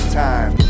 time